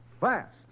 fast